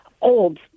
old